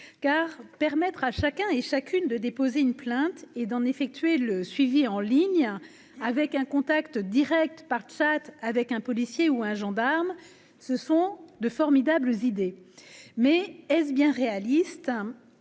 car permettre à chacun et chacune de déposer une plainte et d'en effectuer le suivi en ligne avec un contact Direct par Chat avec un policier ou un gendarme, ce sont de formidables eux idée mais est-ce bien réaliste